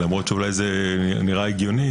למרות שאולי זה נראה הגיוני.